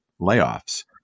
layoffs